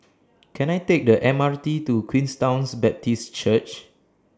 Can I Take The M R T to Queenstown's Baptist Church